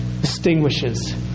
distinguishes